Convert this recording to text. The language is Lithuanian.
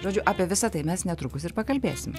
žodžiu apie visa tai mes netrukus ir pakalbėsim